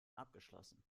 abgeschlossen